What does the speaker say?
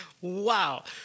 Wow